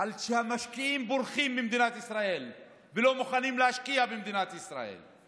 על זה שהמשקיעים בורחים ממדינת ישראל ולא מוכנים להשקיע במדינת ישראל.